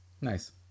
Nice